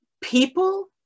People